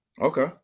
Okay